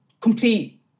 complete